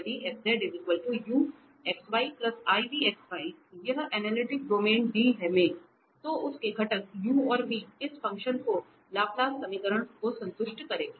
यदि यह analytic domain D में तो उसके घटक u और v इस फंक्शन में लाप्लास समीकरण को संतुष्ट करेंगे